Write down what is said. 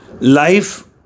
life